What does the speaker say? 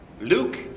Luke